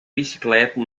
bicicleta